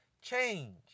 change